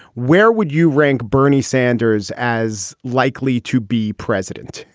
where would you rank bernie sanders as likely to be president?